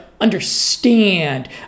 understand